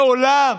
מעולם